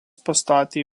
pastatė